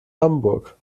hamburg